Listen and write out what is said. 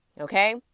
okay